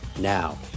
Now